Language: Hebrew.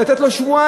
ולתת לו שבועיים.